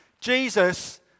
Jesus